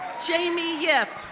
jamie yip,